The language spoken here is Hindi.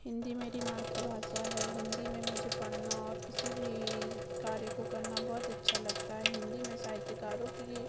हिंदी मेरी मातृभाषा है हिंदी में मुझे पढ़ना और किसी भी कार्य को करना बहुत अच्छा लगता है हिंदी में साहित्यकारों की